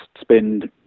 spend